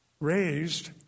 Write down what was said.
raised